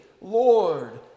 lord